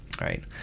Right